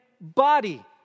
body